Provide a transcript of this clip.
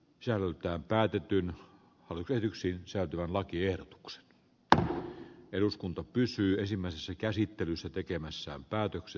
selkään päätettynä olga yksin se on lakiehdotukset p eruskunta pysyy ensimmäisessä käsittelyssä tekemässään päätöksen